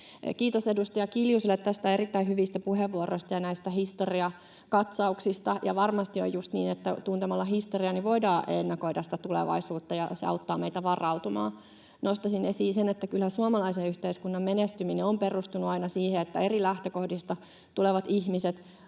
Kiitos edustaja Kiljuselle näistä erittäin hyvistä puheenvuoroista ja näistä historiakatsauksista. Varmasti on juuri niin, että tuntemalla historiaa voidaan ennakoida tulevaisuutta, ja se auttaa meitä varautumaan. Nostaisin esiin sen, että kyllä suomalaisen yhteiskunnan menestyminen on perustunut aina siihen, että on uskottu, että eri